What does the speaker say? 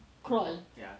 crawl